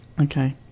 Okay